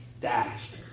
dashed